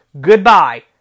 Goodbye